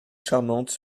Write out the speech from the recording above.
charmante